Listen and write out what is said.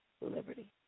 liberty